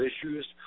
issues